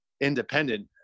independent